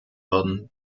werden